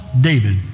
David